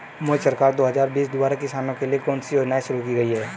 मोदी सरकार दो हज़ार बीस द्वारा किसानों के लिए कौन सी योजनाएं शुरू की गई हैं?